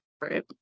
Right